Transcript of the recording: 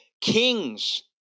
Kings